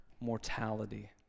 mortality